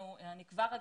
ואני כבר אגיד,